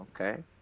Okay